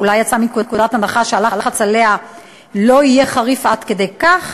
אולי יצאה מנקודת הנחה שהלחץ עליה לא יהיה חריף עד כדי כך.